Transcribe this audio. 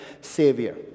Savior